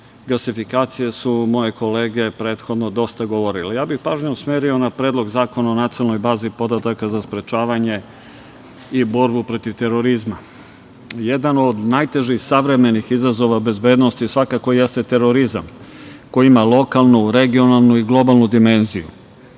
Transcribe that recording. gasifikacije su moje kolege prethodno dosta govorile. Ja bih pažnju usmerio na Predlog zakona o nacionalnoj bazi podataka za sprečavanje i borbu protiv terorizma. Jedan od najtežih savremenih izazova bezbednosti svakako jeste terorizam, koji ima lokalnu, regionalnu i globalnu dimenziju.